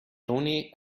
toni